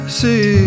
see